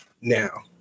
now